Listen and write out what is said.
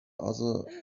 other